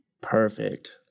perfect